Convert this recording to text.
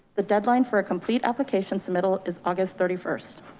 the deadline for a complete application submittal is august thirty first.